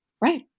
Right